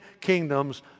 kingdoms